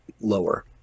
lower